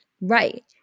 Right